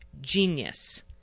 Genius